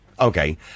Okay